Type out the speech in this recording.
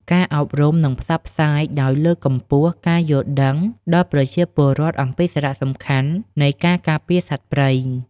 ការអប់រំ និងផ្សព្វផ្សាយដោយ លើកកម្ពស់ការយល់ដឹងដល់ប្រជាពលរដ្ឋអំពីសារៈសំខាន់នៃការការពារសត្វព្រៃ។